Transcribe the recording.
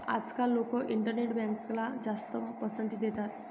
आजकाल लोक इंटरनेट बँकला जास्त पसंती देतात